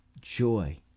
joy